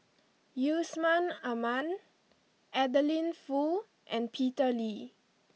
Yusman Aman Adeline Foo and Peter Lee